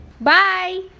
bye